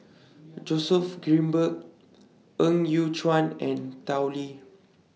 Joseph Grimberg Ng Yat Chuan and Tao Li